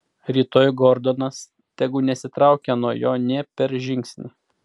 rytoj gordonas tegu nesitraukia nuo jo nė per žingsnį